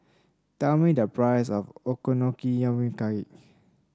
tell me the price of Okonomiyaki